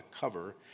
cover